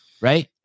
Right